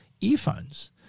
earphones